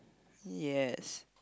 yes